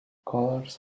colours